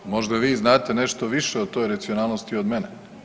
Možda vi znate nešto više o toj racionalnosti od mene?